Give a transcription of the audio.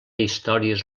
històries